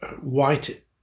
white